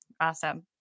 Awesome